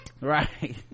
right